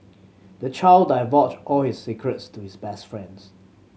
the child divulged all his secrets to his best friends